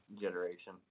generation